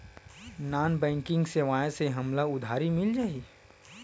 Non banking सेवाएं से हमला उधारी मिल जाहि?